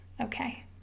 Okay